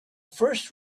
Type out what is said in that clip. first